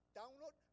download